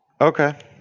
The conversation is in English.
okay